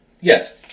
Yes